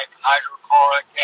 hydrochloric